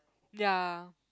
ya